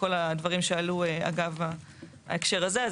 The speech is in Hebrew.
מכל הדברים שעלו אגב ההקשר הזה.